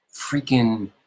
freaking